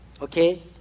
okay